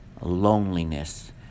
loneliness